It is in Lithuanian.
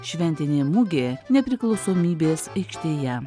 šventinė mugė nepriklausomybės aikštėje